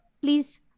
please